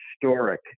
historic